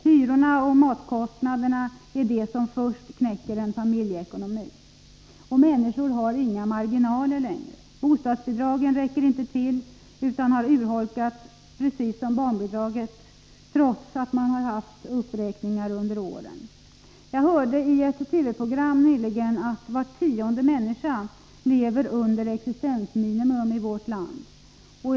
Hyrorna och matkostnaderna är det som först knäcker en familjeekonomi. Människor har inga marginaler längre. Bostadsbidragen räcker inte till, utan de har liksom barnbidraget urholkats, trots uppräkningar under åren. Jag hörde i ett TV-program nyligen att var tionde människa lever under existensminimum i vårt land.